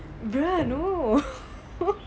brother no